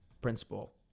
principle